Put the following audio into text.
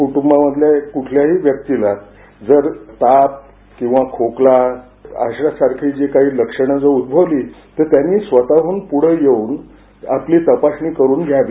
कुटुंबामधील कुठल्याही व्यक्तीला जर ताप किंवा खोकला अशासारखी लक्षणं जर उद्भवली तर त्यांनी स्वतःहून पुढे येऊन आपली तपासणी करून घ्यावी